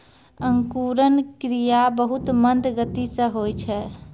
अंकुरन क्रिया बहुत मंद गति सँ होय छै